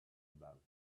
about